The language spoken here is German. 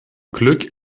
glück